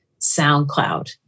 SoundCloud